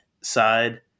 side